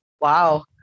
Wow